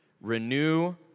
Renew